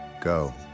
Go